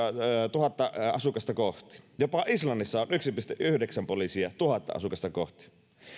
tuhatta asukasta kohti yksi pilkku kolme jopa islannissa on yksi pilkku yhdeksän poliisia tuhatta asukasta kohti